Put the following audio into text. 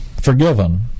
forgiven